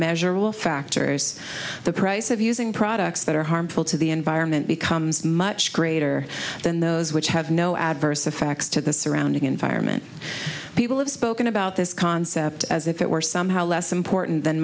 measurable factors the price of using products that are harmful to the environment becomes much greater than those which have no adverse effects to the surrounding environment people have spoken about this concept as if it were somehow less important than